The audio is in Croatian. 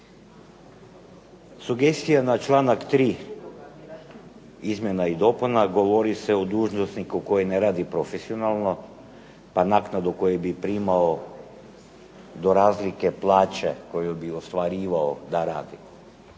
Sugestija na članak 3. izmjena i dopuna govori se o dužnosniku koji ne radi profesionalno, pa naknadu koju bi primao do razlike plaće koju bi ostvarivao da radi.